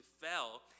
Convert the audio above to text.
fell